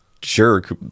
jerk